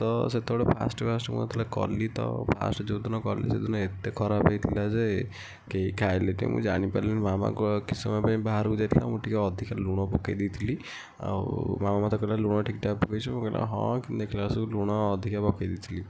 ତ ସେତେବେଳେ fast fast ମୁଁ ଯେତେବେଳେ କଲି ତ ଫାଷ୍ଟ୍ ଯେଉଁଦିନ କଲି ସେଦିନ ଏତେ ଖରାପ ହୋଇଥିଲା ଯେ କେହି ଖାଇଲେନି ମୁଁ ଜାଣିି ପାରିଲିନି ମାମାଙ୍କ କିଛି ସମୟ ପାଇଁ ବାହାରକୁ ଯାଇଥିଲା ମୁଁ ଟିକିଏ ଅଧିକା ଲୁଣ ପକାଇ ଦେଇଥିଲି ଆଉ ମାମା ମୋତେ କହିଲା ଲୁଣ ଠିକ୍ଠାକ୍ ପକାଇଛୁ ମୁଁ କହିଲି ଏ ହଁ ଦେଖିଲା ବେଳକୁ ସବୁ ଲୁଣ ଅଧିକା ପକାଇ ଦେଇଥିଲି